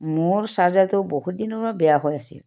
মোৰ চাৰ্জাৰটো বহুত দিনৰ পৰা বেয়া হৈ আছিল